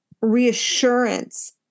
reassurance